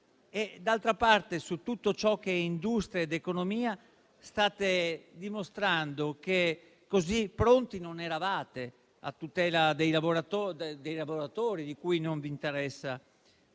D'altra parte, su tutto ciò che è industria ed economia state dimostrando che così pronti non eravate, a tutela dei lavoratori, di cui non vi interessa